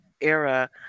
era